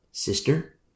Sister